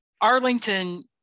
Arlington